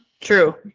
True